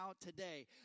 today